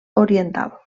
oriental